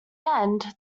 end